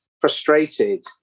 frustrated